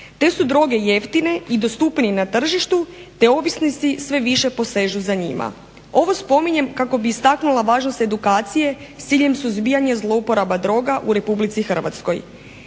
Te su droge jeftine i dostupnije na tržištu te ovisnici sve više posežu za njima. Ovo spominjem kako bih istaknula važnost edukacije s ciljem suzbijanja zlouporaba droga u Republici Hrvatskoj.